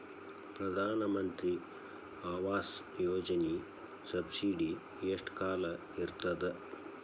ಪ್ರಧಾನ ಮಂತ್ರಿ ಆವಾಸ್ ಯೋಜನಿ ಸಬ್ಸಿಡಿ ಎಷ್ಟ ಕಾಲ ಇರ್ತದ?